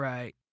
Right